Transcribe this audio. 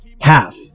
half